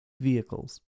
vehicles